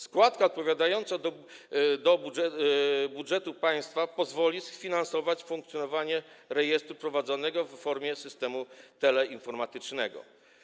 Składka odprowadzana do budżetu państwa pozwoli sfinansować funkcjonowanie rejestru prowadzonego w formie systemu teleinformatycznego.